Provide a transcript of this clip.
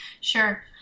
Sure